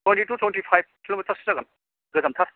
twenty to twenty five किल' मिटारसो जागोन गोजानथार